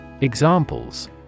Examples